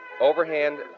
Overhand